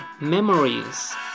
Memories